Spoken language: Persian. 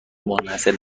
منحصر